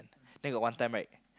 then got one time right